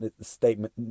statement